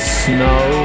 snow